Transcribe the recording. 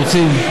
פורצים.